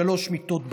שלוש מיטות בהעמק,